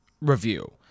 review